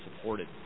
supported